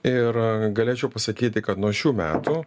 ir galėčiau pasakyti kad nuo šių metų